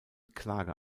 klage